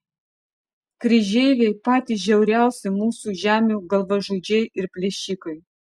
kryžeiviai patys žiauriausi mūsų žemių galvažudžiai ir plėšikai